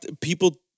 people